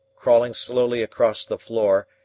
crawling slowly across the floor,